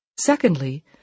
Secondly